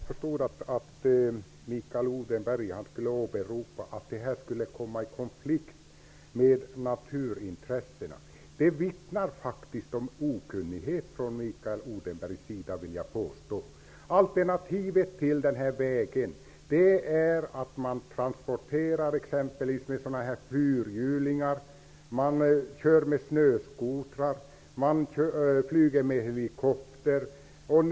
Herr talman! Jag förstod att Mikael Odenberg skulle åberopa att en väg kommer i konflikt med naturintressena. Det vittnar om okunnighet från Alternativet till vägen är att man transporterar med exempelvis fyrhjulingar, kör med snöskotrar och flyger med helikoptrar.